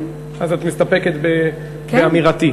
אז את מסתפקת באמירתי?